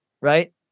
right